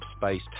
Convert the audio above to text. Space